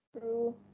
True